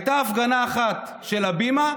הייתה הפגנה אחת של הבימה,